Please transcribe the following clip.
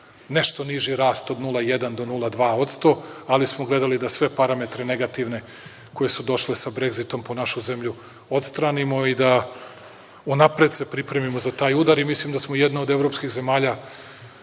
nešto niži rast od 0,1% do 0,2%, ali mi smo gledali da sve negativne parametre, koji su došli sa Bregzitom, po našu zemlju odstranimo i da se unapred pripremimo za taj udar. Mislim da smo jedna od evropskih zemalja